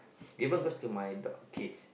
even goes to my daugh~ kids